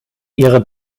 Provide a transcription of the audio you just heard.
ihre